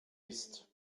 ist